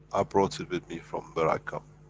i brought it with me from where i come.